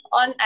on